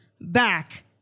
back